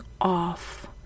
off